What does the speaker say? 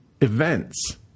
events